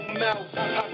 mouth